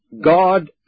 God